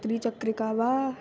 त्रिचक्रिका वा